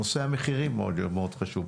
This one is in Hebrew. נושא המחירים מאוד חשוב,